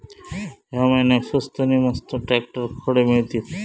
या महिन्याक स्वस्त नी मस्त ट्रॅक्टर खडे मिळतीत?